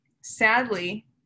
sadly